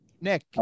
Nick